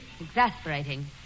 Exasperating